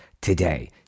today